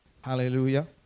Hallelujah